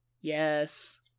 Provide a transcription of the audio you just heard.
Yes